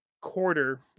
quarter